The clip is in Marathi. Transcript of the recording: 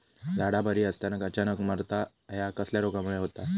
झाडा बरी असताना अचानक मरता हया कसल्या रोगामुळे होता?